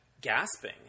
gasping